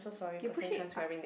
you push it up